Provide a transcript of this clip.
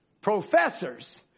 professors